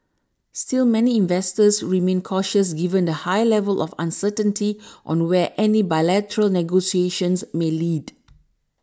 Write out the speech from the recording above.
still many investors remained cautious given the high level of uncertainty on where any bilateral negotiations may lead